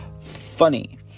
funny